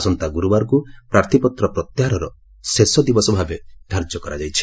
ଆସନ୍ତା ଗୁରୁବାରକୁ ପ୍ରାର୍ଥୀପତ୍ର ପ୍ରତ୍ୟାହାରର ଶେଷ ଦିବସ ଭାବେ ଧାର୍ଯ୍ୟ କରାଯାଇଛି